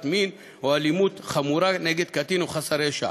מין או אלימות חמורה נגד קטין או חסר ישע.